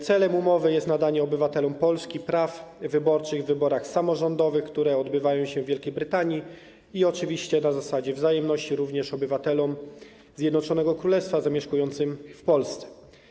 Celem umowy jest nadanie obywatelom Polski praw wyborczych w wyborach samorządowych, które odbywają się w Wielkiej Brytanii, i oczywiście na zasadzie wzajemności również obywatelom Zjednoczonego Królestwa zamieszkującym w Polsce.